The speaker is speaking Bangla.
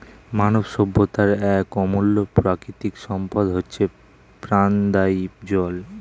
মানব সভ্যতার এক অমূল্য প্রাকৃতিক সম্পদ হচ্ছে প্রাণদায়ী জল